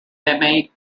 demi